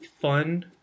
fun